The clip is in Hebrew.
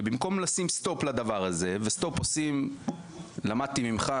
ובמקום לשים stop לדבר הזה ולמדתי ממך,